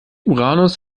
uranus